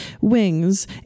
wings